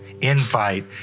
invite